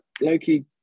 Loki